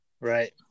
Right